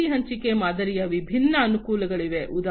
ಆಸ್ತಿ ಹಂಚಿಕೆ ಮಾದರಿಯ ವಿಭಿನ್ನ ಅನುಕೂಲಗಳಿವೆ